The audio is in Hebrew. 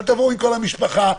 תבואו יותר בבודדת,